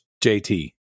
JT